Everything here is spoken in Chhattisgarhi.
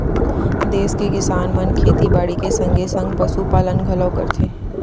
देस के किसान मन खेती बाड़ी के संगे संग पसु पालन घलौ करथे